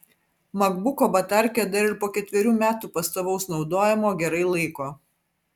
makbuko batarkė dar ir po ketverių metų pastovaus naudojimo gerai laiko